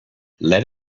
let